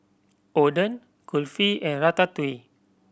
Oden Kulfi and Ratatouille